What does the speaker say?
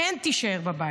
כן תישאר בבית.